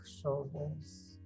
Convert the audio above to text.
shoulders